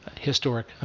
historic